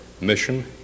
mission